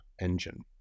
engine